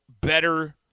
better